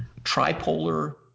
tripolar